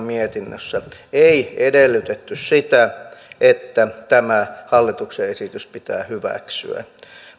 mietinnössä ei edellytetty sitä että tämä hallituksen esitys pitää hyväksyä